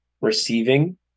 receiving